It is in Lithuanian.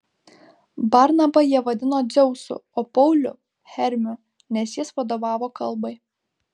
barnabą jie vadino dzeusu o paulių hermiu nes jis vadovavo kalbai